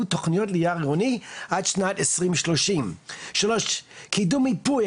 תוכניות ליער עירוני עד שנת 2030. 3. קידום מיפוי,